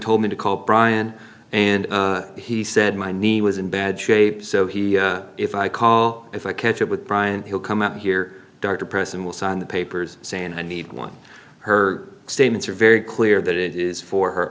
told me to call brian and he said my knee was in bad shape so he if i call if i catch up with brian he'll come out here dr person will sign the papers saying i need one her statements are very clear that it is for her